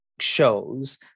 shows